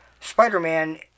Spider-Man